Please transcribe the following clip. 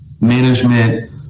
management